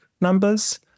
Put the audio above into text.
numbers